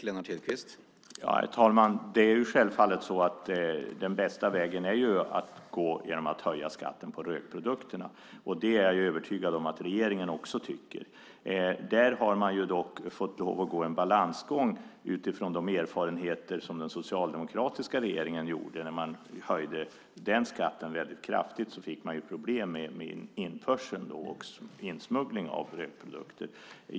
Herr talman! Det är självfallet så att den bästa vägen att gå är att höja skatten på rökprodukterna. Det är jag övertygad om att också regeringen tycker. Där har man dock fått gå en balansgång utifrån de erfarenheter som den socialdemokratiska regeringen gjorde. När man höjde den skatten väldigt kraftigt fick man ju problem med införsel och insmuggling av rökprodukter.